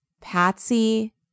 Patsy